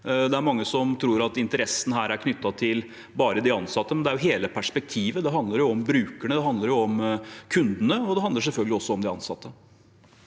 Det er mange som tror at interessen her er knyttet til bare de ansatte, men vi har hele perspektivet. Det handler om brukerne, det handler om kundene, og det handler selvfølgelig også om de ansatte.